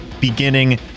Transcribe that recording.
beginning